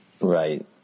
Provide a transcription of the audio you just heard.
Right